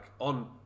On